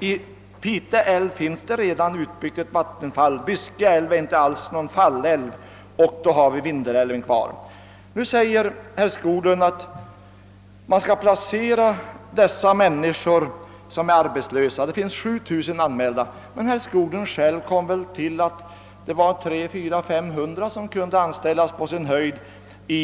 I Pite älv finns redan ett vattenfall utbyggt. Byske älv är inte alls någon fallälv, och alltså återstår bara Vindelälven. Herr Skoglund säger att man skall placera de människor som är arbetslösa vid Vindelälven. Det finns 7 000 arbetslösa anmälda, men herr Skoglund kommer fram till att på sin höjd 300, 400 eller 500 skulle kunna anställas inom Vattenfall i detta sammanhang.